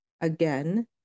Again